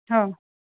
हा